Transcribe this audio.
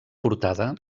portada